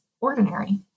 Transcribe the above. ordinary